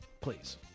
Please